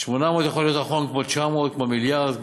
800 יכול להיות נכון כמו 900, כמו מיליארד,